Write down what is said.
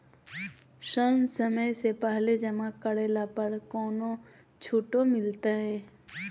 ऋण समय से पहले जमा करला पर कौनो छुट मिलतैय?